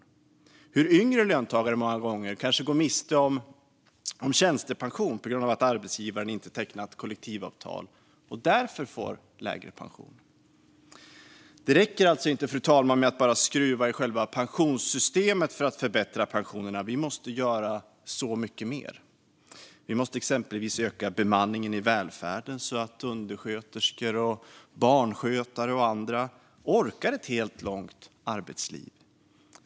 Vi ser hur yngre löntagare många gånger går miste om tjänstepension på grund av att arbetsgivaren inte har tecknat kollektivavtal och därför får lägre pension. Det räcker alltså inte, fru talman, med att skruva i själva pensionssystemet för att förbättra pensionerna, utan vi måste göra så mycket mer. Vi måste exempelvis öka bemanningen i välfärden så att undersköterskor, barnskötare och andra orkar ett helt långt arbetsliv.